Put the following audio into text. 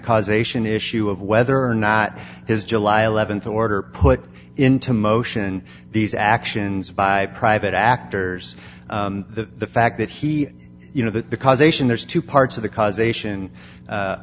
causation issue of whether or not his july th order put into motion these actions by private actors the fact that he you know that the causation there's two parts of the causation